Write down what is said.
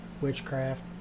witchcraft